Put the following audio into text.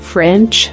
French